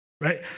right